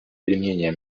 применение